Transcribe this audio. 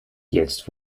jetzt